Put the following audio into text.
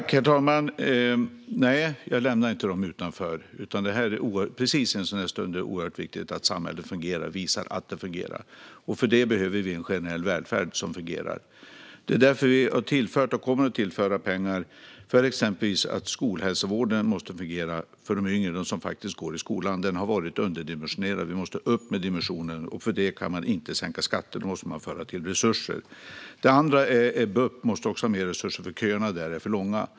Herr talman! Nej, jag lämnar inte dem utanför. Det här är precis en sådan stund då det är oerhört viktigt att samhället fungerar och visar att det fungerar, och för det behöver vi en generell välfärd som fungerar. Det är därför vi har tillfört och kommer att tillföra pengar för exempelvis att skolhälsovården ska fungera för de yngre, de som faktiskt går i skolan. Den har varit underdimensionerad. Vi måste få upp dimensionen. För det kan man inte sänka skatter, utan då måste man föra till resurser. Även BUP måste ha mer resurser, för köerna där är för långa.